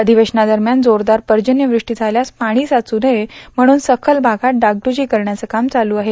अधिवेश्वनादरम्यान जोरदार पर्जन्यवृष्टी झाल्यास पाणी साचू नये म्हणून सखल भागात डागडुजी करण्याचं काम चालू आहे